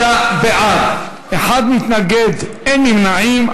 35 בעד, אחד מתנגד, אין נמנעים.